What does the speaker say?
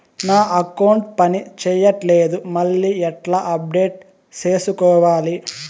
నా అకౌంట్ పని చేయట్లేదు మళ్ళీ ఎట్లా అప్డేట్ సేసుకోవాలి?